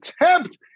attempt